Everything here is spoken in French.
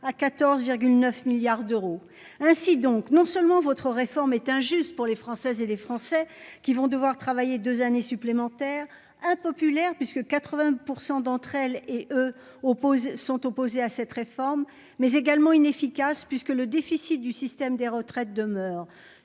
à 14,9 milliards d'euros. Ainsi donc non seulement votre réforme est injuste pour les Françaises et les Français qui vont devoir travailler deux années supplémentaires impopulaire puisque 80% d'entre elles et opposés sont opposés à cette réforme mais également inefficace puisque le déficit du système des retraites demeure.